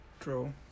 True